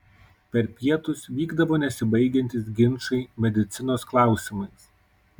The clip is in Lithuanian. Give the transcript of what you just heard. per pietus vykdavo nesibaigiantys ginčai medicinos klausimais